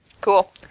cool